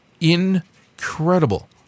incredible